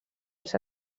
els